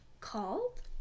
called